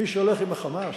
מי שהולך עם ה"חמאס",